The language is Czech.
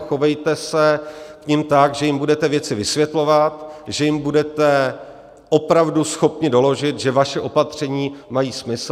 Chovejte se k nim tak, že jim budete věci vysvětlovat, že jim budete opravdu schopni doložit, že vaše opatření mají smysl.